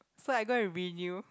so I go and renew